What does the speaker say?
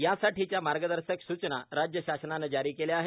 यासाठीच्या मार्गदर्शक सूचना राज्य शासनानं जारी केल्या आहेत